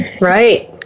Right